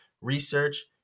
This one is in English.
Research